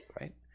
right